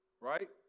right